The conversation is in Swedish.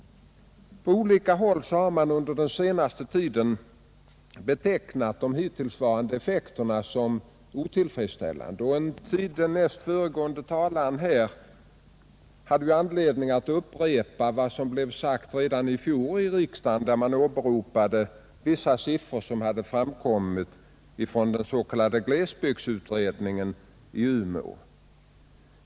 På en del håll har man under den senaste tiden betecknat de hittillsvarande effekterna som otillfredsställande, och den näst föregående talaren hade anledning upprepa vad som sades redan i fjol i riksdagen om de uppgifter som framkommit från den s.k. glesbygdsutredningen i Umeå.